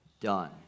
Done